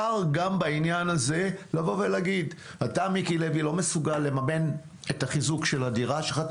בעניין הזה אפשר לומר שאתה לא מסוגל לממן את החיזוק של הדירה שלך,